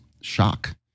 shock